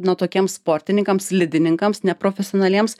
na tokiems sportininkams slidininkams neprofesionaliems